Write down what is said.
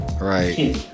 Right